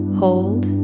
hold